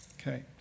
Okay